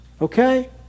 Okay